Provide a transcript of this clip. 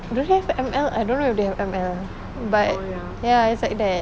don't have M L I don't know if they have M L but ya it's like that